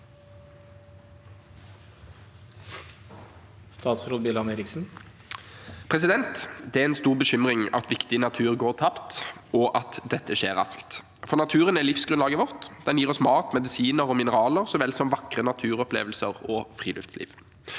Statsråd Andreas Bjelland Eriksen Det er en stor bekymring at viktig natur går tapt, og at dette skjer raskt. For naturen er livsgrunnlaget vårt; den gir oss mat, medisiner og mineraler, så vel som vakre naturopplevelser og friluftsliv.